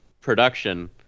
production